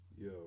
Yo